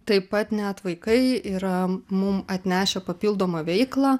taip pat net vaikai yra mum atnešę papildomą veiklą